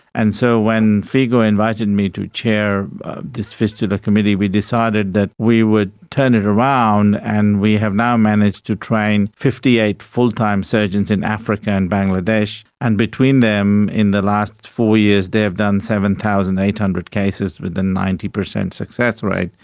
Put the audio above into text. and so when figo invited me to chair this fistula committee we decided that we would turn it around and we have now managed to train fifty eight full-time surgeons in africa and bangladesh, and between them in the last four years they have done seven thousand eight hundred cases with a ninety percent success rate.